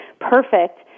perfect